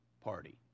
party